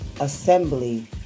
assembly